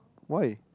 why